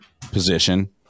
position